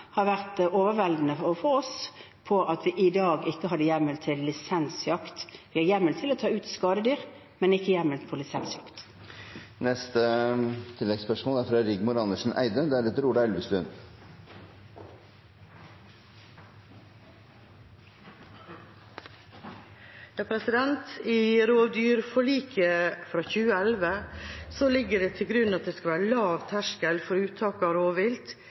har vært avgjørende for oss, at vi i dag ikke har hjemmel for lisensjakt. Vi har hjemmel til å ta ut skadedyr, men ikke hjemmel for lisensjakt. Rigmor Andersen Eide – til oppfølgingsspørsmål. I rovdyrforliket fra 2011 legges det til grunn at det skal være lav terskel for uttak av rovvilt